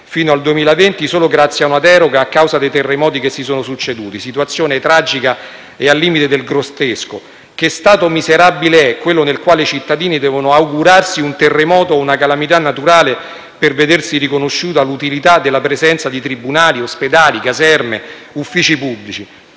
fino al 2020, solo grazie a una deroga a causa dei terremoti che si sono succeduti. Si tratta di una situazione tragica e al limite del grottesco. Che Stato miserabile è quello nel quale i cittadini devono augurarsi un terremoto o una calamità naturale per vedersi riconosciuta l'utilità della presenza di tribunali, ospedali, caserme e uffici pubblici?